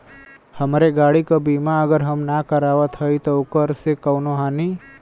हमरे गाड़ी क बीमा अगर हम ना करावत हई त ओकर से कवनों हानि?